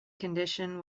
condition